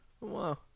Wow